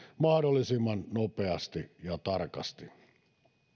mahdollisimman nopeasti ja tarkasti